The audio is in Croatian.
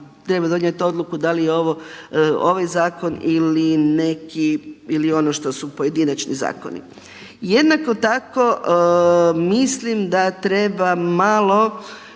treba donijet odluku da li je ovo, ovaj zakon ili neki ili ono što su pojedinačni zakoni. Jednako tako mislim da treba malo